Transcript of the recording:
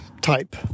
type